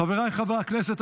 חבריי חברי הכנסת,